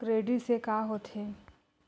Credit से का होथे?